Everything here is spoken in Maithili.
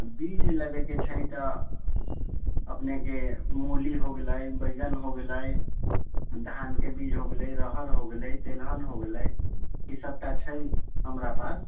आओर बीज लेबैके छै तऽ अपनेके मूली हो गेलै बैगन हो गेलै धानके बीज हो गेलै अरहर हो गेलै तेलहन हो गेलै ई सभटा छै हमरा पास